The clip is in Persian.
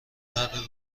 مرد